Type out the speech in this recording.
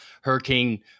Hurricane